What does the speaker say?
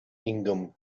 ingham